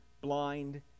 blind